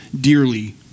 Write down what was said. dearly